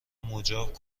مجاب